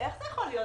איך זה יכול להיות?